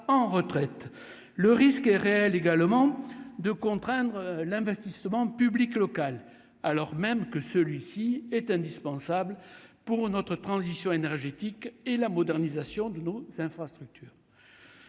le risque est réel également de contraindre l'investissement public local alors même que celui-ci est indispensable pour notre transition énergétique et la modernisation de nos infrastructures,